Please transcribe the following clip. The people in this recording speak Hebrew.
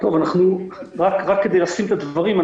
רק כדי להציג את הדברים,